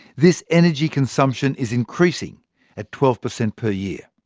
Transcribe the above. this energy consumption is increasing at twelve per cent per year.